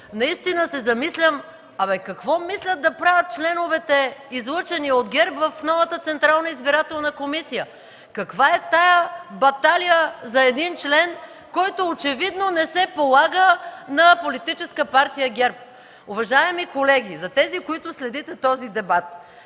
Цецка Цачева), абе какво мислят членовете, излъчени от ГЕРБ в новата Централна избирателна комисия? Каква е тази баталия за един член, който очевидно не се полага на политическа партия ГЕРБ. Уважаеми колеги, за тези, които следите този дебат,